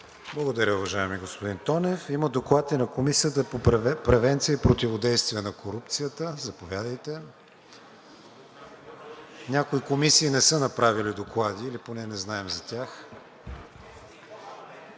Благодаря, уважаеми господин Тонев. Има Доклад и на Комисията по превенция и противодействие на корупцията. Заповядайте. Някои комисии не са направили доклади или поне не знаем за тях.